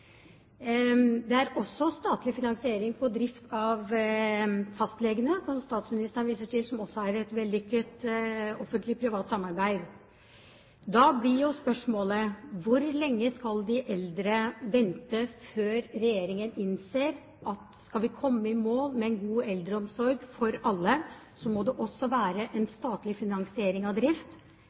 Det er også statlig finansiering på drift av fastlegene, som statsministeren viser til, som også er et vellykket offentlig-privat samarbeid. Da blir spørsmålet hvor lenge de eldre skal vente før regjeringen innser at skal vi komme i mål med en god eldreomsorg for alle, må det også være en statlig finansiering av drift,